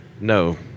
No